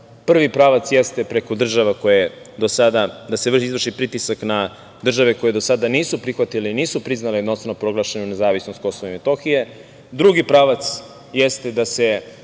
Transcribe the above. Prvi pravac jeste preko država, odnosno da se izvrši pritisak na države koje do sada nisu prihvatile i nisu priznale jednostranu proglašenu nezavisnost Kosova i Metohije. Drugi pravac, jeste da se